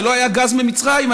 כשלא היה גז ממצרים,